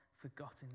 forgotten